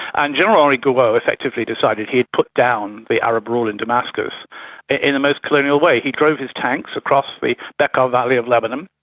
and general henri gouraud effectively decided he would put down the arab rule in damascus in the most colonial way. he drove his tanks across the bekaa valley of lebanon,